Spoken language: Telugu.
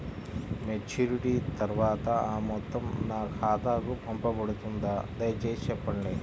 మెచ్యూరిటీ తర్వాత ఆ మొత్తం నా ఖాతాకు పంపబడుతుందా? దయచేసి చెప్పండి?